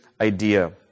idea